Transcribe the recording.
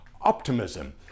Optimism